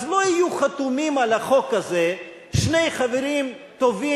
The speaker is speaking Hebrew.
אז לא יהיו חתומים על החוק הזה שני חברים טובים,